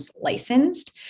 licensed